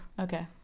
Okay